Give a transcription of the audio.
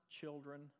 children